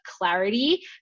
clarity